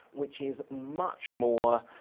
which is much more